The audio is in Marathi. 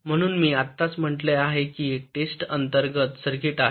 म्हणून मी आत्ताच म्हटलं आहे की टेस्ट अंतर्गत सर्किट आहे